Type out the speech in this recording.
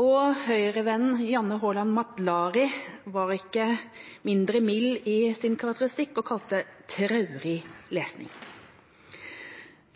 og Høyre-vennen Janne Haaland Matlary var ikke mindre streng i sin karakteristikk og kalte det traurig lesning.